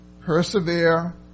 persevere